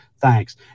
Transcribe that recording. thanks